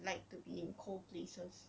like to be in cold places